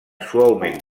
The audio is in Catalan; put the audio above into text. suaument